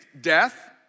death